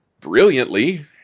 Brilliantly